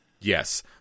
Yes